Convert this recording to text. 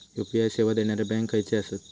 UPI सेवा देणारे bank खयचे आसत?